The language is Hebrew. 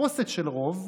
בתחפושת של רוב,